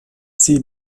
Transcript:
sie